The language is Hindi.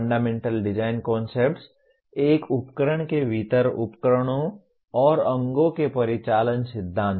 फंडामेंटल डिज़ाइन कन्सेप्ट्स एक उपकरण के भीतर उपकरणों और अंगो के परिचालन सिद्धांत